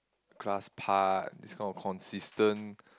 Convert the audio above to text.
class part this kind of consistent